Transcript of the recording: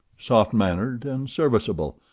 soft-mannered and serviceable,